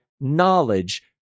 knowledge